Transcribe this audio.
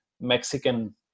Mexican